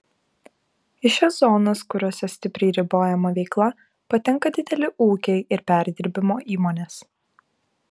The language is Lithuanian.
į šias zonas kuriose stipriai ribojama veikla patenka dideli ūkiai ir perdirbimo įmonės